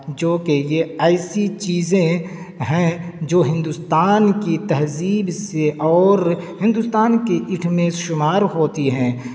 جو کہ یہ ایسی چیزیں ہیں جو ہندوستان کی تہذیب سے اور ہندوستان کی آرٹ میں شمار ہوتی ہیں